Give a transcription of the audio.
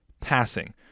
passing